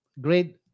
great